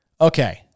Okay